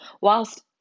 whilst